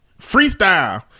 Freestyle